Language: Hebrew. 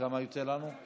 כמה יוצא לנו?